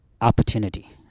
opportunity